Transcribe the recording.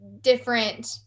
different